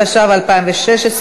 התשע"ו 2016,